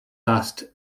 asked